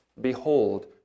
Behold